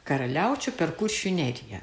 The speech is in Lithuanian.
karaliaučių per kuršių neriją